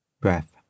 Breath